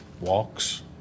walks